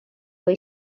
või